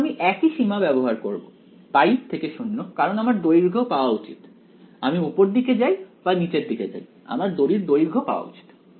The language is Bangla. এখন আমি একই সীমা ব্যবহার করব π থেকে 0 কারণ আমার দৈর্ঘ্য পাওয়া উচিত আমি উপর দিকে যাই বা নিচের দিকে যাই আমার দড়ির দৈর্ঘ্য পাওয়া উচিত